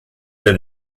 der